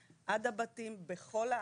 עד הבתים בכל הארץ.